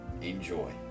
Enjoy